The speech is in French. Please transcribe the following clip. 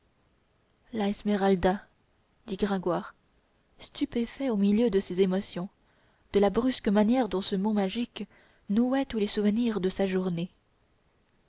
la esmeralda dit gringoire stupéfait au milieu de ses émotions de la brusque manière dont ce mot magique nouait tous les souvenirs de sa journée